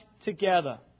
together